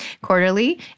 Quarterly